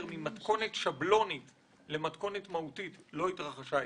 "ממתכונת שבלונית למתכונת מהותית" לא התרחשה אצלנו...